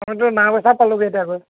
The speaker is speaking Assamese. আমিটো নাওবৈচাত পালোঁ গৈ এতিয়া আকৌ